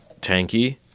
tanky